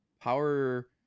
Power